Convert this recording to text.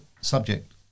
subject